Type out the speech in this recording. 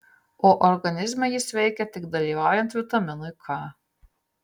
o organizme jis veikia tik dalyvaujant vitaminui k